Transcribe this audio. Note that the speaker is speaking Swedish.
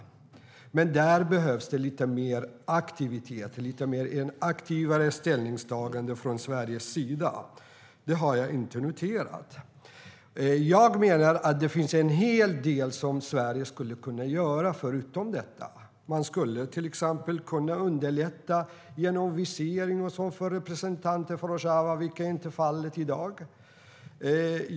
Där behövs ett aktivare ställningstagande från Sveriges sida. Jag har inte noterat att det finns. Jag menar att det finns en hel del som Sverige skulle kunna göra. Man skulle till exempel kunna underlätta viseringarna för representanter för Rojava, vilket inte är fallet i dag.